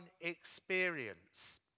experience